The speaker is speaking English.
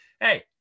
Hey